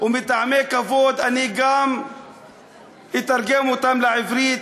ומטעמי כבוד גם אתרגם אותן לעברית,